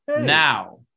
Now